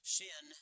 sin